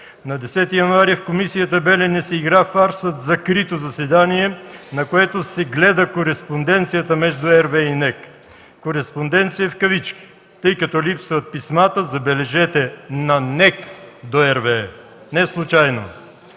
На 10 януари в комисията „Белене” се игра фарсът „закрито заседание”, на което се гледа „кореспонденцията” между RWE и НЕК. Кореспонденция е в кавички, тъй като липсват писмата, забележете, на НЕК до RWE – неслучайно.